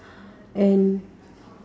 and